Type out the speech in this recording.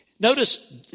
Notice